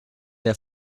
der